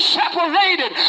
separated